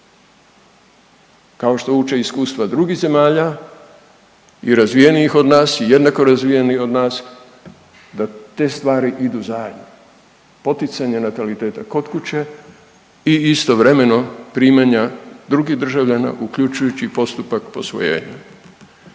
kao što uče iskustva drugih zemalja i razvijenijih od nas i jednako razvijenih od nas, da te stvari idu zajedno, poticanje nataliteta kod kuće i istovremeno primanja drugih državljana, uključujući i postupak posvojenja.